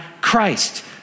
Christ